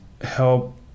help